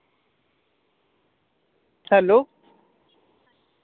hello